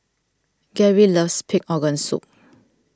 Gary loves Pig Organ Soup